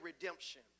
redemption